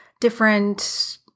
different